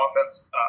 offense